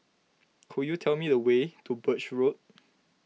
could you tell me the way to Birch Road